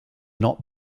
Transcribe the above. not